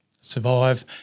survive